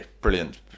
brilliant